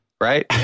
Right